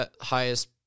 highest